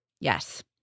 Yes